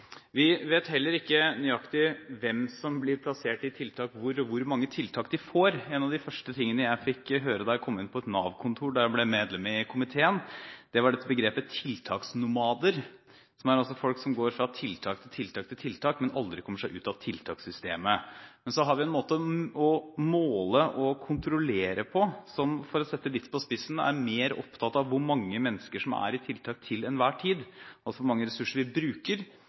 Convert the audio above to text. Vi vet heller ikke nøyaktig hvem som blir plassert i tiltak hvor, og hvor mange tiltak de får. Noe av det første jeg fikk høre da jeg kom inn på et Nav-kontor etter at jeg ble medlem i arbeids- og sosialkomiteen, var begrepet «tiltaksnomader», altså folk som går fra tiltak til tiltak, men som aldri kommer seg ut av tiltakssystemet. Men vi har en måte å måle og kontrollere på som – for å sette det litt på spissen – er mer opptatt av hvor mange mennesker som er i tiltak til enhver tid, altså hvor mange ressurser vi bruker,